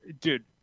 Dude